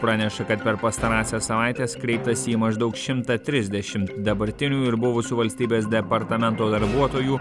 praneša kad per pastarąsias savaites kreiptasi į maždaug šimtą trisdešimt dabartinių ir buvusių valstybės departamento darbuotojų